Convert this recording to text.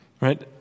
right